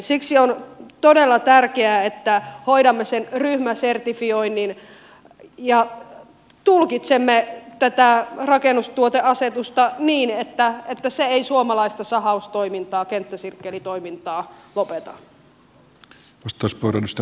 siksi on todella tärkeää että hoidamme sen ryhmäsertifioinnin ja tulkitsemme tätä rakennustuoteasetusta niin että se ei suomalaista sahaustoimintaa kenttäsirkkelitoimintaa lopeta